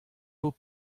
pep